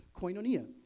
Koinonia